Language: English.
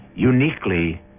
Uniquely